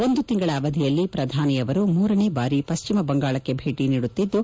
ಒಂದು ತಿಂಗಳ ಅವಧಿಯಲ್ಲಿ ಪ್ರಧಾನಿ ಅವರು ಮೂರನೇ ಬಾರಿ ಪಶ್ಚಿಮಬಂಗಾಳಕ್ಕೆ ಭೇಟಿ ನೀಡುತ್ತಿದ್ದು